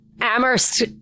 Amherst